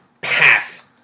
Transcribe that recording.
path